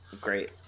Great